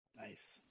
Nice